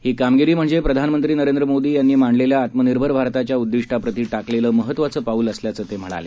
ही कामगिरी म्हणजे पंतप्रधमंत्री नरेंद्र मोदी यांनी मांडलेल्या आत्मनिर्भर भारताच्या उद्दिष्टाप्रती टाकलेलं महत्त्वाचं पाऊल असल्याचं त्यांनी सांगितलं